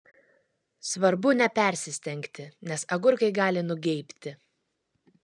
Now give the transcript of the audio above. svarbu nepersistengti nes agurkai gali nugeibti